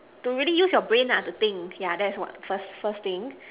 to really use your brain lah to think yeah that's what first first thing